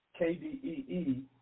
KDEE